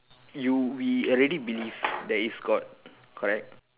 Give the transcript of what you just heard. you we already believe there is god correct